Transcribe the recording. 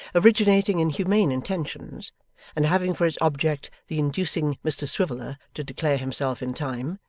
originating in humane intentions and having for its object the inducing mr swiviller to declare himself in time,